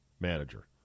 manager